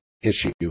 issue